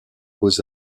beaux